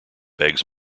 begs